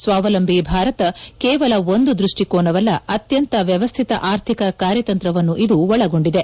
ಸಾವಲಂಬಿ ಭಾರತ ಕೇವಲ ಒಂದು ದ್ವಷ್ಷಿಕೋನವಲ್ಲ ಅತ್ಹಂತ ವ್ಹವಸ್ಥಿತ ಆರ್ಥಿಕ ಕಾರ್ಯತಂತ್ರವನ್ನು ಇದು ಒಳಗೊಂಡಿದೆ